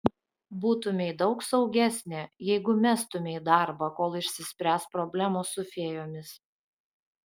būtumei daug saugesnė jeigu mestumei darbą kol išsispręs problemos su fėjomis